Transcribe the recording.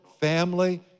family